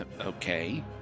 Okay